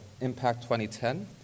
IMPACT-2010